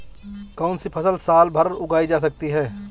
कौनसी फसल साल भर उगाई जा सकती है?